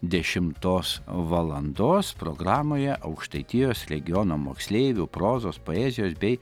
dešimtos valandos programoje aukštaitijos regiono moksleivių prozos poezijos bei